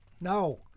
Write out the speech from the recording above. No